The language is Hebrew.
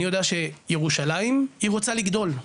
אני יודע שירושלים היא רוצה לגדול,